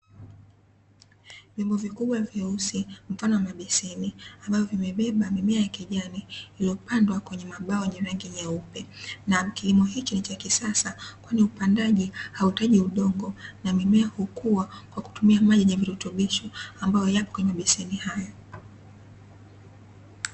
Vyombo vikubwa vyeusi mfano wa mabeseni ambavyo vimebeba mimea ya kijani iliyopandwa kwenye mabao yenye rangi nyeupe, na kilimo hichi ni cha kisasa kwani upandaji hauhitaji udongo na mimea hukua kwa kutumia maji yenye virutubisho ambayo yapo kwenye mabeseni hayo.